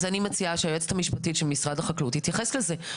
אז אני מציעה שהיועצת המשפטית של משרד החקלאות תתייחס לזה.